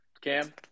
Cam